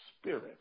spirit